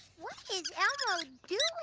what is elmo doing?